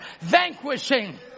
vanquishing